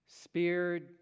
speared